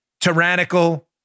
tyrannical